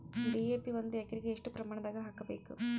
DAP ಒಂದು ಎಕರಿಗ ಎಷ್ಟ ಪ್ರಮಾಣದಾಗ ಹಾಕಬೇಕು?